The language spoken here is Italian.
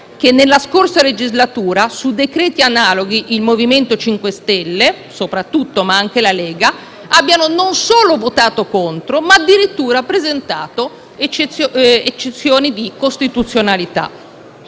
che, nella scorsa legislatura, su decreti analoghi, soprattutto il MoVimento 5 Stelle, ma anche la Lega, abbiano non solo votato contro, ma addirittura presentato eccezioni di costituzionalità.